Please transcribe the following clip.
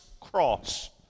cross